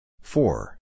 Four